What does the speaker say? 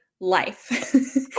life